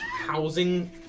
housing